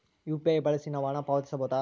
UPI ಬಳಸಿ ನಾವು ಹಣ ಪಾವತಿಸಬಹುದಾ?